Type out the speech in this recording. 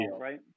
right